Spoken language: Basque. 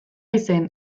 izen